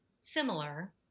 similar